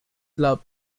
club